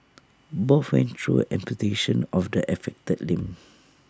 both went through amputation of the affected limb